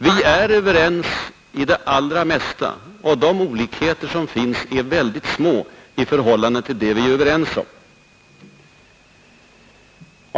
Vi är överens i det allra mesta, och de olikheter som finns är små i förhållande till det vi är överens om.